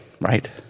right